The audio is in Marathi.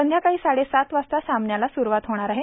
संध्याकाळी साडेसात वाजता सामन्याला स्रूवात होणार आहे